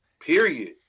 Period